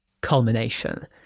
culmination